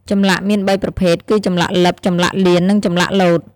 ចម្លាក់មាន៣ប្រភេទគឺចម្លាក់លិប ចម្លាក់លៀន និងចម្លាក់លោត។